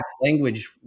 language